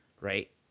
right